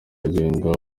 agenga